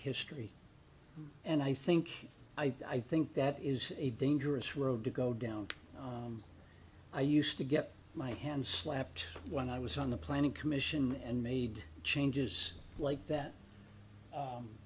history and i think i think that is a dangerous road to go down i used to get my hand slapped when i was on the planning commission and made changes like that